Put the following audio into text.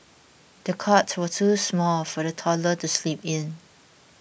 the cot was too small for the toddler to sleep in